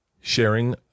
sharing